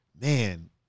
man